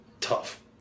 tough